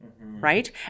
right